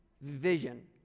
vision